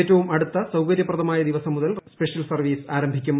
ഏറ്റവും അടുത്ത സൌകര്യപ്രദമായ ദിവസം മുതൽ സ്പെഷ്യൽ സർവീസ് ആരംഭിക്കും